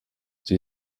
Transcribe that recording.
sie